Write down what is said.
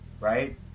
right